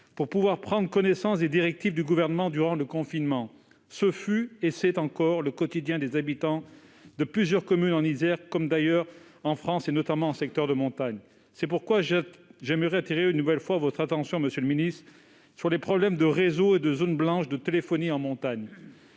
mairie pour prendre connaissance des directives du Gouvernement durant le confinement. Ce fut et c'est encore le quotidien des habitants de plusieurs communes en Isère, comme ailleurs en France, notamment en secteur de montagne. C'est la raison pour laquelle j'aimerais attirer une nouvelle fois votre attention, monsieur le secrétaire d'État, sur les problèmes de réseau et les zones blanches de la téléphonie en montagne.